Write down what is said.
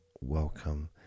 welcome